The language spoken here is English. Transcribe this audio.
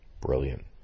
Brilliant